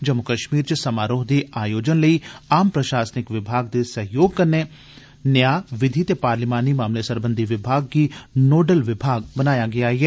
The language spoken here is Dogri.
जम्मू कश्मीर च समारोह् दे आयोजन लेई आम प्रशासनिक विभाग दे सैह्योग कन्नै न्यां विधि ते पार्लियामानी मामलें सरबंधी विभाग गी नोडल विभाग बनाया गेदा ऐ